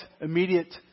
immediate